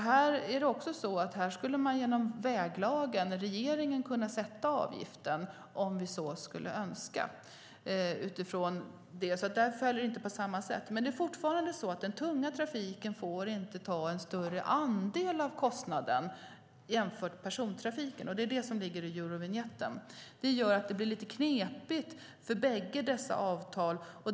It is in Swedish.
Här skulle regeringen genom väglagen kunna sätta avgiften om vi så skulle önska. Där förhåller det sig inte på samma sätt. Men det är fortfarande så att den tunga trafiken inte får ta en större andel av kostnaden jämfört med persontrafiken. Det är det som ligger i Eurovinjetten. Det gör att det blir lite knepigt för bägge dessa avtal.